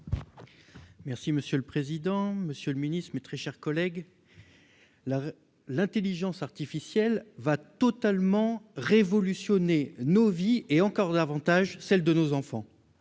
Gleut. Monsieur le président, monsieur le secrétaire d'État, mes chers collègues, l'intelligence artificielle va totalement révolutionner nos vies et encore davantage celle de nos enfants.